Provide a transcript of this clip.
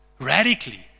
Radically